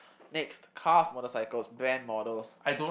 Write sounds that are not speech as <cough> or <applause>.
next cars motorcycles brand models <noise>